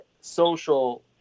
social